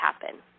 happen